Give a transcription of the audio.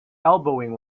elbowing